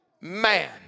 man